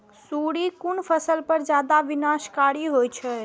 सुंडी कोन फसल पर ज्यादा विनाशकारी होई छै?